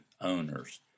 owners